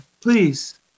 please